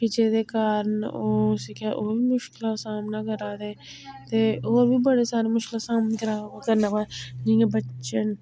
फ्ही जेह्दे कारण ओह् उसी केह् आखदे ओह् बी मुश्कलां दा सामना करै दे ते होर बी बड़ा सारा मुश्कला करना पौंदा जियां बच्चे न